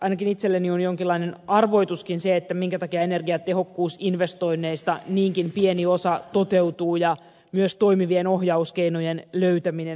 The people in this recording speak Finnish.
ainakin itselleni on jonkinlainen arvoituskin se minkä takia energiatehokkuusinvestoinneista niinkin pieni osa toteutuu ja myös toimivien ohjauskeinojen löytäminen